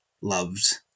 loved